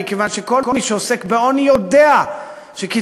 מכיוון שכל מי שעוסק בעוני יודע שקצבאות